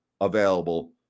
available